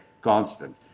Constant